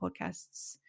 Podcasts